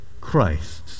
Christ